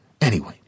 Anyway